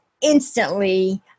instantly